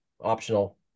optional